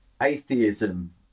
atheism